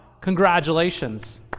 Congratulations